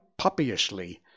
puppyishly